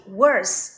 worse